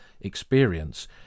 experience